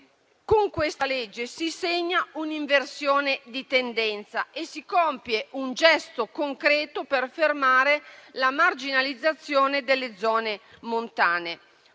con questo provvedimento si segna un'inversione di tendenza e si compie un gesto concreto per fermare la marginalizzazione delle zone montane.